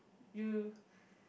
you